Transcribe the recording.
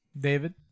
David